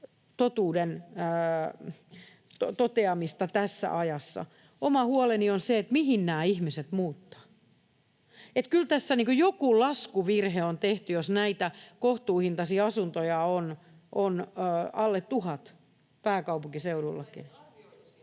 totuuden toteamista tässä ajassa. Oma huoleni on se, mihin nämä ihmiset muuttavat. Kyllä tässä joku laskuvirhe on tehty, jos näitä kohtuuhintaisia asuntoja on alle tuhat pääkaupunkiseudullakin.